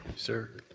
sir.